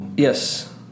Yes